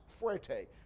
fuerte